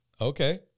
Okay